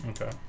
Okay